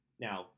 Now